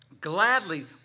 gladly